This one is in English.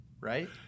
right